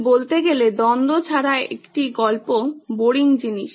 তো বলতে গেলে দ্বন্দ্ব ছাড়া একটি গল্প বোরিং জিনিস